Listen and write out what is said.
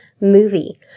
movie